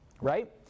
right